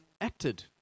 acted